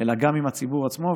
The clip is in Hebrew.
אלא גם עם הציבור עצמו.